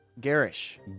Garish